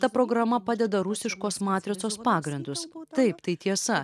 ta programa padeda rusiškos matricos pagrindus taip tai tiesa